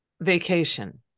vacation